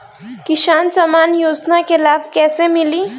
किसान सम्मान योजना के लाभ कैसे मिली?